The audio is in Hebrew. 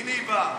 הינה היא באה.